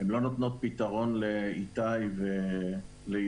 הן לא נותנות פתרון לאיתי וליוני